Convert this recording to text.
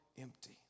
empty